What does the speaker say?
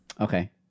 okay